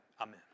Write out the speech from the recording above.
Amen